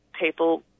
people